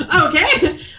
Okay